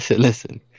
listen